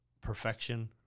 perfection